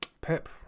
Pep